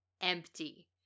empty